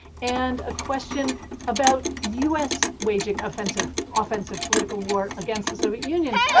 and a question about us waging offensive offensive political war against the soviet union,